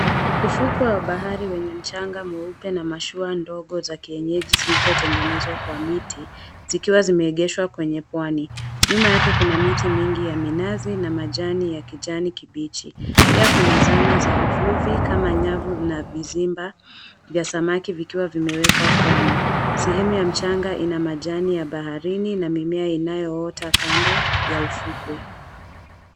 Ufukwe wa bahari wenye mchanga mweupe, na mashua ndogo za kienyeji zilizotengenezwa kwa miti, zikiwa zimeegeshwa kwenye pwani. Nyuma yake kuna miti mingi ya minazi na majani ya kijani kibichi. Pia kuna zana za uvuvi kama nyavu na vizimba vya samaki vikiwa vimewekwa pwani. Sehemu ya mchanga ina majani ya baharini na mimea inayoota kando ya ufukwe.